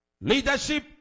Leadership